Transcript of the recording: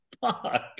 fuck